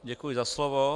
Děkuji za slovo.